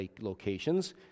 locations